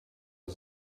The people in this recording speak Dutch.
dat